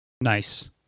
Nice